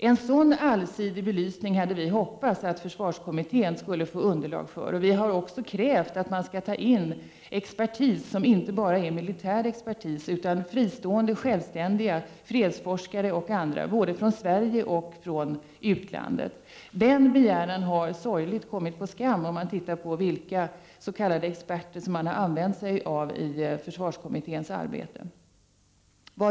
En sådan allsidig belysning hade vi hoppats att försvarskommittén skulle få underlag för. Vi har också krävt att man skall anlita experter, inte bara militära sådana utan även fristående och självständiga fredsforskare och andra från både Sverige och utlandet. Denna begäran har sorgligt nog kommit på skam, om man ser till vilka s.k. experter som man har använt sig av i försvarskommitténs arbete.